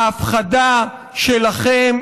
ההפחדה שלכם,